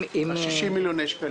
ה-60 מיליוני שקלים.